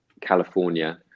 California